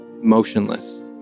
motionless